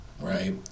right